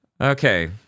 Okay